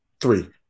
three